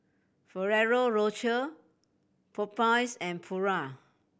Ferrero Rocher Popeyes and Pura